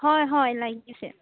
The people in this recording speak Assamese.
হয় হয় লাগিছে